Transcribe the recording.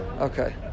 Okay